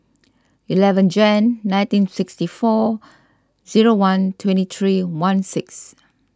eleven Jan nineteen sixty four zero one twenty three one six